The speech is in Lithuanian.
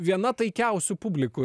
viena taikiausių publikų